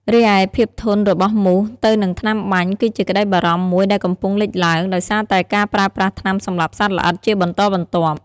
រីឯភាពធន់របស់មូសទៅនឹងថ្នាំបាញ់ គឺជាក្តីបារម្ភមួយដែលកំពុងលេចឡើង ដោយសារតែការប្រើប្រាស់ថ្នាំសម្លាប់សត្វល្អិតជាបន្តបន្ទាប់។